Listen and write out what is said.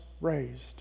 raised